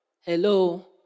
Hello